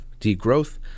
degrowth